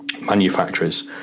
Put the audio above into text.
manufacturers